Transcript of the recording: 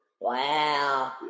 Wow